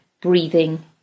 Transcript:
breathing